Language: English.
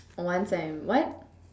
once I'm what